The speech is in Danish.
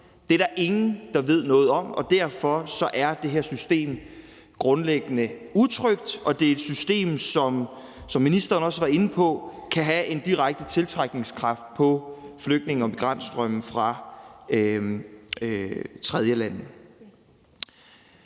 Det er der ingen der ved noget om, og derfor er det her system grundlæggende utrygt, og det er et system, som, hvad ministeren også var inde på, kan have en direkte tiltrækningskraft på flygtninge- og migrantstrømme fra tredjelande.